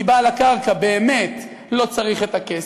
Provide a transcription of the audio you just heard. כי בעל הקרקע באמת לא צריך את הכסף,